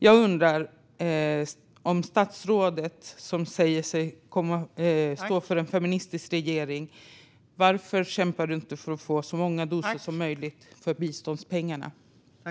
Jag undrar varför statsrådet, som säger sig stå för en feministisk regering, inte kämpar för att få så många doser som möjligt för biståndspengarna.